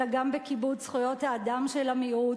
אלא גם בכיבוד זכויות האדם של המיעוט,